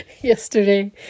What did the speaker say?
Yesterday